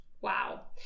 Wow